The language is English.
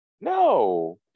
no